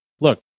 look